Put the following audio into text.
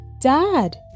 dad